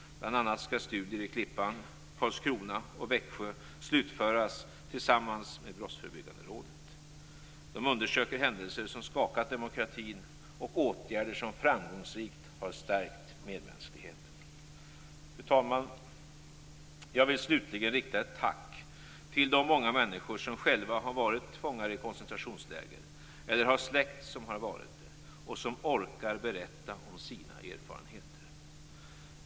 Bl.a. skall studier i Klippan, Brottsförebyggande rådet. Man undersöker i dem händelser som skakat demokratin och åtgärder som framgångsrikt har stärkt medmänskligheten. Fru talman! Jag vill slutligen rikta ett tack till de många människor som själva har varit fångar i koncentrationsläger - eller har släkt som har varit det - och som orkar berätta om sina erfarenheter.